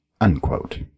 Unquote